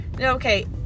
okay